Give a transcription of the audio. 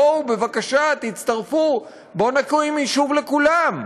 בואו, בבקשה תצטרפו, בואו נקים יישוב לכולם.